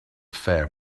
fair